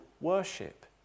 worship